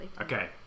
Okay